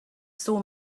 saw